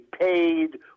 paid